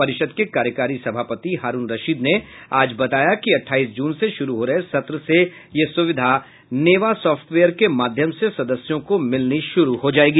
परिषद के कार्यकारी सभापति हारून रशीद ने आज बताया कि अठाईस जून से शुरू हो रहे सत्र से यह सुविधा नेवा सॉफ्टवेयर के माध्यम से सदस्यों को मिलनी शुरू हो जाएगी